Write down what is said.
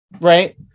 Right